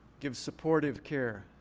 give supportive care,